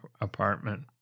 apartment